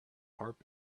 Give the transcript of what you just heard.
harp